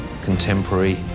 contemporary